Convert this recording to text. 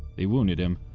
they wounded him.